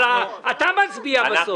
אבל אתה מצביע בסוף.